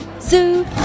Zoo